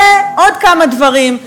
ועוד כמה דברים.